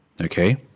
Okay